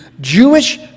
Jewish